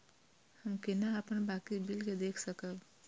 हम केना अपन बाकी बिल के देख सकब?